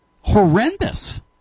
Horrendous